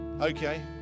Okay